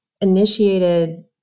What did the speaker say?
initiated